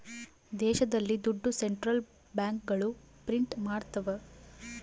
ದೇಶದಲ್ಲಿ ದುಡ್ಡು ಸೆಂಟ್ರಲ್ ಬ್ಯಾಂಕ್ಗಳು ಪ್ರಿಂಟ್ ಮಾಡ್ತವ